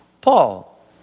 Paul